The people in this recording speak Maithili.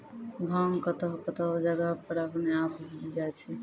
भांग कतौह कतौह जगह पर अपने आप उपजी जाय छै